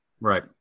Right